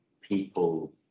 people